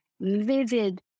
vivid